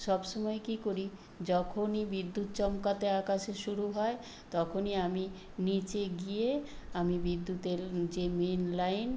সব সময় কী করি যখনই বিদ্যুৎ চমকাতে আকাশে শুরু হয় তখনই আমি নীচে গিয়ে আমি বিদ্যুতের যে মেন লাইন